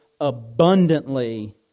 abundantly